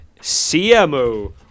CMO